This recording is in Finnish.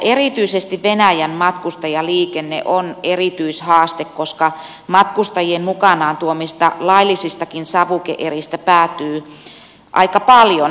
erityisesti venäjän matkustajaliikenne on erityishaaste koska matkustajien mukanaan tuomista laillisistakin savuke eristä päätyy aika paljon laittomaan myyntiin